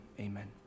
Amen